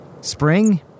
Spring